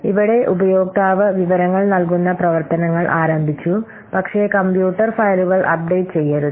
ഇവിടെ ഉപയോക്താവ് വിവരങ്ങൾ നൽകുന്ന പ്രവർത്തനങ്ങൾ ആരംഭിച്ചു പക്ഷേ കമ്പ്യൂട്ടർ ഫയലുകൾ അപ്ഡേറ്റ് ചെയ്യരുത്